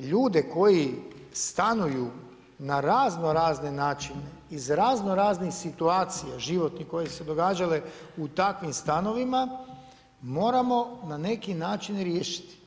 ljude koji stanuju na raznorazne načine iz raznoraznih situacija životnih koje su se događale u takvim stanovima moramo na neki način i riješiti.